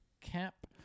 cap